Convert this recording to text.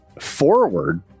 forward